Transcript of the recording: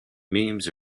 memes